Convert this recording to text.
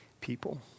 People